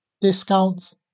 discounts